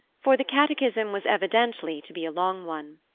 for the catechism was evidently to be a long one.